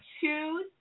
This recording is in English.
two